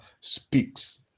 speaks